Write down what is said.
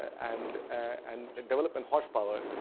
and and development horsepower,